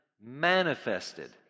manifested